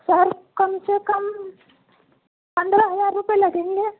سر کم سے کم پندرہ ہزار روپئے لگیں گے